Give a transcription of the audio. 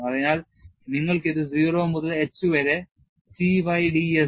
അതിനാൽ നിങ്ങൾക്ക് ഇത് 0 മുതൽ h വരെ Ty d s